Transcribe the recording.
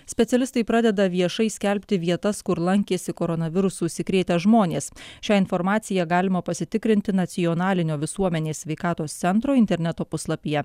specialistai pradeda viešai skelbti vietas kur lankėsi koronavirusu užsikrėtę žmonės šią informaciją galima pasitikrinti nacionalinio visuomenės sveikatos centro interneto puslapyje